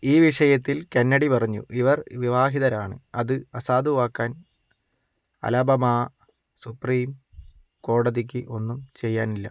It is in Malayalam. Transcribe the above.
ഈ വിഷയത്തിൽ കെന്നഡി പറഞ്ഞു ഇവർ വിവാഹിതരാണ് അത് അസാധുവാക്കാൻ അലബാമ സുപ്രീം കോടതിക്ക് ഒന്നും ചെയ്യാനില്ല